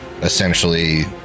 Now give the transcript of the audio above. essentially